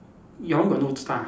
your one got no star